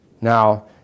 Now